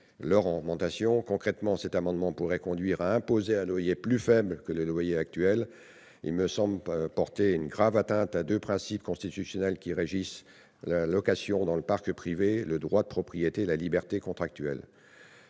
leur augmentation. Concrètement, il conduirait à imposer un loyer plus faible que les loyers actuels, et porterait une grave atteinte à deux principes constitutionnels régissant la location dans le parc privé : le droit de propriété et la liberté contractuelle.